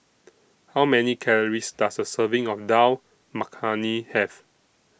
How Many Calories Does A Serving of Dal Makhani Have